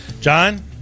John